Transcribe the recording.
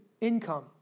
income